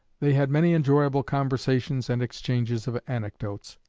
they had many enjoyable conversations and exchanges of anecdotes.